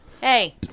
hey